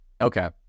Okay